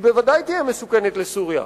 היא ודאי תהיה מסוכנת לסוריה,